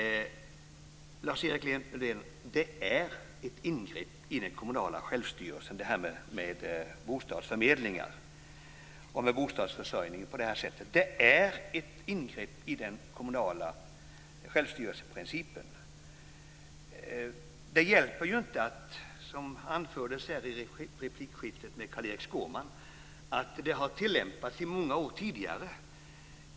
Lars-Erik Lövdén! Förslaget om bostadsförmedlingar och bostadsförsörjning på det här sättet är ett ingrepp i den kommunala självstyrelsen. Det hjälper inte, som anfördes i replikskiftet med Carl-Erik Skårman, att detta har tillämpats i många år tidigare.